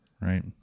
Right